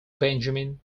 benjamin